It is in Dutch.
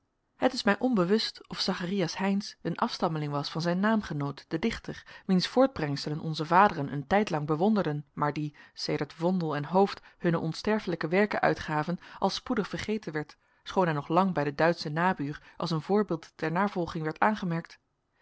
het is mij onbewust of zacharias heynsz een afstammeling was van zijn naamgenoot den dichter wiens voortbrengselen onze vaderen een tijdlang bewonderden maar die sedert vondel en hooft hunne onsterfelijke werken uitgaven al spoedig vergeten werd schoon hij nog lang bij den duitschen nabuur als een voorbeeld ter navolging werd aangemerkt